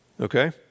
okay